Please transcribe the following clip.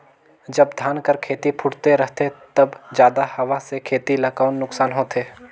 जब धान कर खेती फुटथे रहथे तब जादा हवा से खेती ला कौन नुकसान होथे?